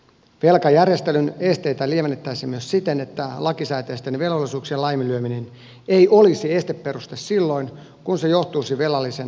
velkajärjestelyn esteitä lievennettäisiin myös siten että lakisääteisten velvollisuuksien laiminlyöminen ei olisi esteperuste silloin kun se johtuisi velallisen maksukyvyttömyydestä